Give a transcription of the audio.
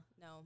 no